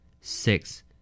Six